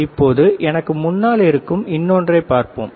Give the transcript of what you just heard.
இப்போது எனக்கு முன்னால் இருக்கும் இன்னொன்றைப் பார்ப்போம்